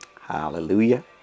Hallelujah